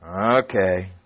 Okay